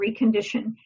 recondition